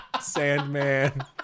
Sandman